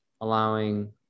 allowing